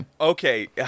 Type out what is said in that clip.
Okay